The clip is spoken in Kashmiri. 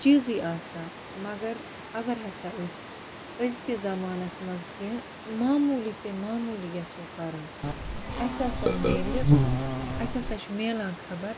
چیٖزٕے آسان مگر اگر ہَسا أسۍ أزکِس زَمانَس منٛز کیٚنٛہہ معموٗلی سے معموٗلی یَژھو کَرُن اَسہِ ہَسا ملہِ اَسہِ ہَسا چھُ ملان خبر